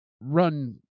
run